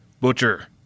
Butcher